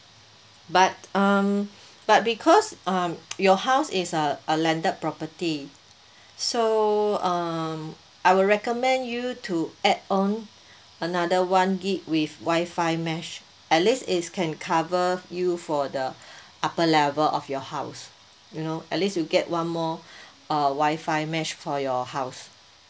but uh but because uh your house is a a landed property so err I would recommend you to add on another one gig with wifi mesh at least is can cover you for the upper level of your house you know at least you get one more of uh wifi mesh for your house